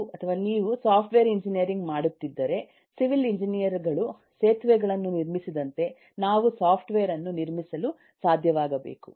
ನಾವು ನೀವು software engineering ಮಾಡುತ್ತಿದ್ದರೆ ಸಿವಿಲ್ ಎಂಜಿನಿಯರ್ಗಳು ಸೇತುವೆಗಳನ್ನು ನಿರ್ಮಿಸಿದಂತೆ ನಾವು ಸಾಫ್ಟ್ವೇರ್ ಅನ್ನು ನಿರ್ಮಿಸಲು ಸಾಧ್ಯವಾಗಬೇಕು